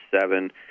seven